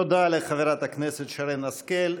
תודה לחברת הכנסת שרן השכל.